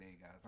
guys